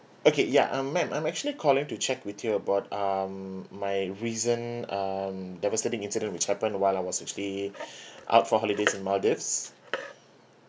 okay ya um ma'am I'm actually call in to check with you about um my recent um devastating incident which happened while I was actually up for holidays in maldives